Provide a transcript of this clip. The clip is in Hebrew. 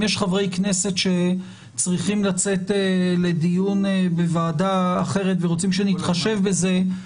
אם יש חברי כנסת שצריכים לצאת לדיון בוועדה אחרת ורוצים שנתחשב בזה,